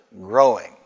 growing